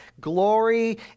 glory